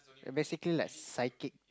basically like psychic